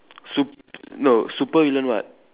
sup no super villain what